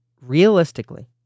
Realistically